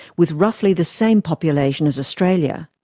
with roughly the same population as australia.